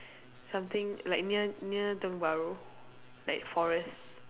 something like near near Tiong-Bahru like forest